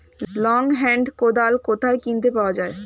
Long hand কোদাল কোথায় কিনতে পাওয়া যায়?